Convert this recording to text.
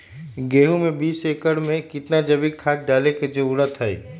गेंहू में बीस एकर में कितना जैविक खाद डाले के जरूरत है?